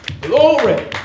glory